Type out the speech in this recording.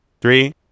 Three